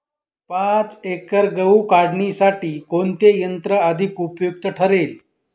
पाच एकर गहू काढणीसाठी कोणते यंत्र अधिक उपयुक्त ठरेल?